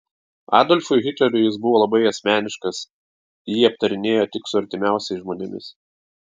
adolfui hitleriui jis buvo labai asmeniškas jį aptarinėjo tik su artimiausiais žmonėmis